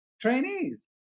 trainees